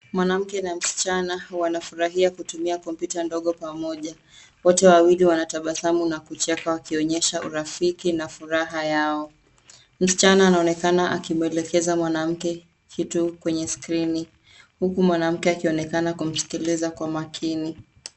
Mwanamke na msichana wanafurahia kutumia kompyuta ndogo pamoja. Wote wawili wanatabasamu na kucheka wakionyesha urafiki na furaha yao. Msichana anaonekana akimwelekeza mwanamke kitu kwenye skrini uku mwanamke akionekana kumsikiliza kwa umakini.